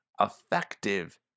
effective